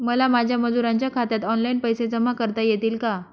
मला माझ्या मजुरांच्या खात्यात ऑनलाइन पैसे जमा करता येतील का?